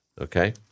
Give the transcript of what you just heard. okay